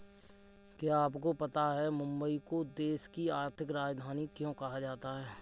क्या आपको पता है मुंबई को देश की आर्थिक राजधानी क्यों कहा जाता है?